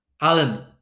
Alan